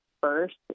first